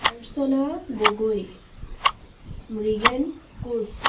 Archana Gogoi Mrigen Koch